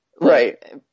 right